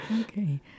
Okay